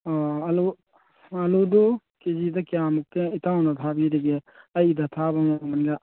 ꯑꯥ ꯑꯥꯂꯨ ꯑꯥꯂꯨꯗꯨ ꯀꯦꯖꯤꯗ ꯀꯌꯥꯃꯨꯛꯇ ꯏꯇꯥꯎꯅ ꯊꯥꯕꯤꯔꯤꯒꯦ ꯑꯩꯒꯤꯗ ꯊꯥꯕ ꯃꯃꯜꯒ